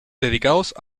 dedicados